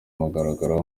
mugaragaro